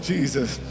Jesus